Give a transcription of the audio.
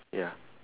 ya